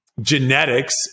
genetics